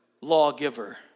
lawgiver